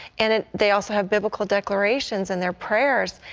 and and they also have biblical declarations and their prayers.